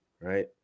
Right